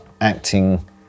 acting